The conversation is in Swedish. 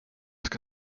ska